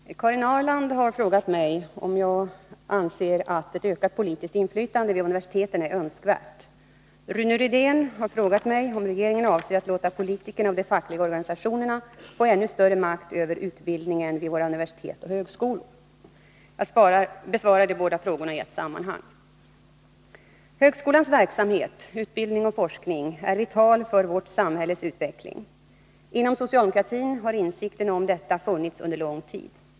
Herr talman! Karin Ahrland har frågat mig om jag anser att ett ökat politiskt inflytande vid universiteten är önskvärt. Rune Rydén har frågat mig om regeringen avser att låta politikerna och de fackliga organisationerna få ännu större makt över utbildningen vid våra universitet och högskolor. Jag besvarar de båda frågorna i ett sammanhang. Högskolans verksamhet, utbildning och forskning, är vital för vårt samhälles utveckling. Inom socialdemokratin har insikten om detta funnits under lång tid.